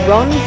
Ron